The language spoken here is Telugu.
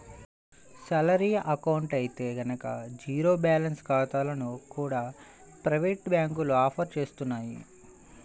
శాలరీ అకౌంట్ అయితే గనక జీరో బ్యాలెన్స్ ఖాతాలను కూడా ప్రైవేటు బ్యాంకులు ఆఫర్ చేస్తున్నాయి